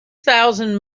thousand